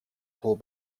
pull